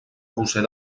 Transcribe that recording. roser